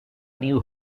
new